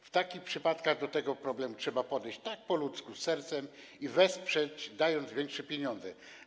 W takich przypadkach do tego problemu trzeba podejść po ludzku, z sercem i wesprzeć, dając większe pieniądze.